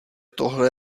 tohle